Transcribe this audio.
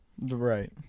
Right